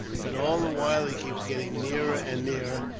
but all the while he keeps getting nearer and nearer,